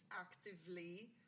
actively